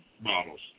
Bottles